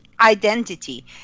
identity